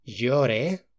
llore